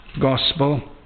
gospel